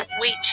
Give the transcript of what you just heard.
wait